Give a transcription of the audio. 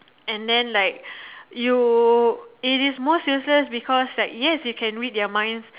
and then like you it is most useless because like yes you can read their minds